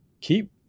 keep